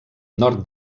nord